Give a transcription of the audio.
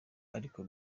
ariko